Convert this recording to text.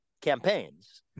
campaigns